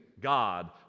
God